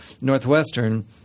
Northwestern